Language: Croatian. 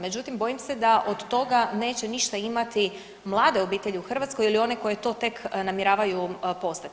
Međutim, bojim se da od toga neće ništa imati mlade obitelji u Hrvatskoj ili one koje to tek namjeravaju postati.